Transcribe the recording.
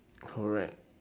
correct